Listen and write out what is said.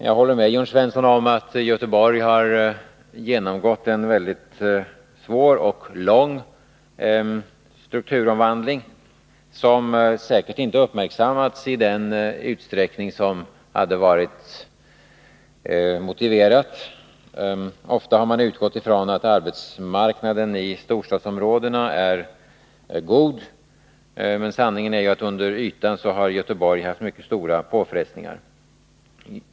Jag håller med Jörn Svensson om att Göteborg har genomgått en väldigt svår och lång strukturomvandling, som säkerligen inte uppmärksammats i den utsträckning som hade varit motiverat. Ofta har man utgått ifrån att arbetsmarknaden i storstadsområdena är god. Men sanningen är att Göteborg under ytan haft mycket stora påfrestningar.